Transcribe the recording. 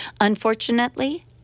Unfortunately